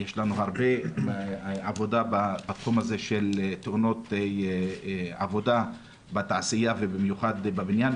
יש לנו הרבה עבודה בתחום הזה של תאונות עבודה בתעשייה ובמיוחד בבניין.